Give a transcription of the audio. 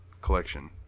collection